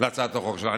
להצעת החוק שלך?